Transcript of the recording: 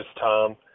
Tom